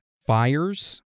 Fires